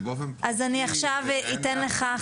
באופן חוקי --- אז אני עכשיו אתן לך,